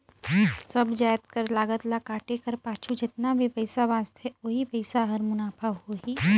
सब जाएत कर लागत ल काटे कर पाछू जेतना भी पइसा बांचथे ओही पइसा हर मुनाफा होही